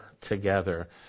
together